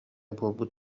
буолбут